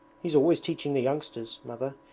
he's always teaching the youngsters. mother.